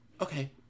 okay